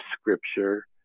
scripture